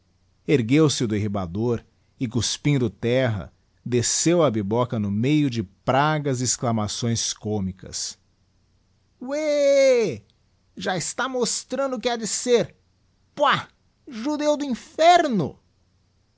ergueu-se o derribador e cuspindo terra desceu a biboca no meio de pragas e exclamações cómicas ué ê ê ê já está mostrando o que ha de ser puah judeu do inferno